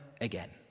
again